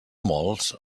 molts